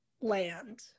land